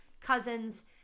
cousins